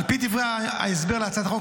על פי דברי ההסבר להצעת החוק,